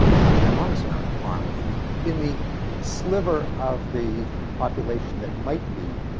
an enormous amount of harm in in the sliver of the population that might be,